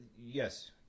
Yes